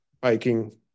biking